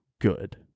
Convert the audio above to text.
good